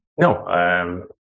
No